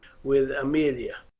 with aemilia.